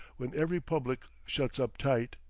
when every public shuts up tight,